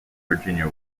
virginia